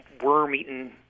worm-eaten